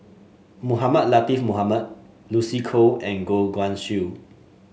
Mohamed Latiff Mohamed Lucy Koh and Goh Guan Siew